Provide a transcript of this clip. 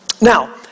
Now